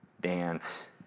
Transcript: dance